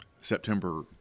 September